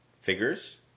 figures